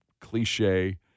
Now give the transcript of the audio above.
cliche